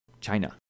China